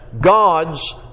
God's